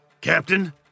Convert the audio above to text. Captain